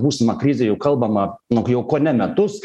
būsimą krizę jau kalbama jau kone metus